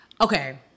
okay